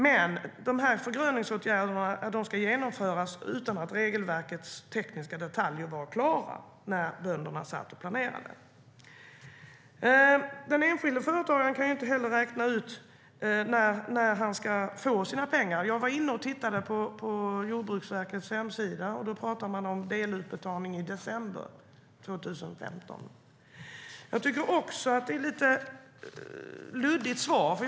Men de här förgröningsåtgärderna ska genomföras trots att regelverkets tekniska detaljer inte var klara när bönderna satt och planerade. Jag tycker att det är ett lite luddigt interpellationssvar.